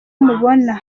mubona